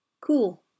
cool